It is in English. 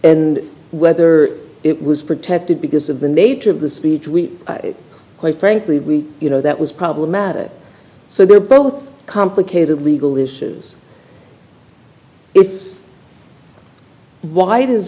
and whether it was protected because of the nature of the speech we quite frankly we you know that was problematic so we're both complicated legal issues it's w